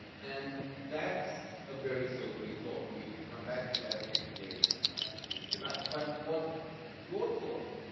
and that's a very sobering thought. and we can come back to that any way in which you like. but what your talk